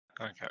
Okay